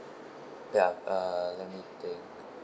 ya uh let me think